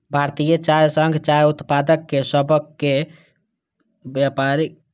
भारतीय चाय संघ चाय उत्पादक सभक व्यापारिक संघ छियै